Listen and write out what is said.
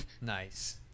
Nice